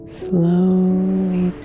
slowly